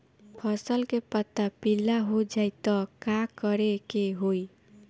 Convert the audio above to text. फसल के पत्ता पीला हो जाई त का करेके होई?